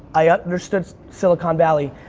i understood silicon valley,